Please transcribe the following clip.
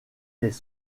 les